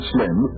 Slim